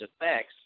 effects